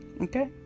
okay